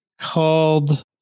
called